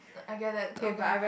I get that okay